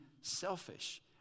selfish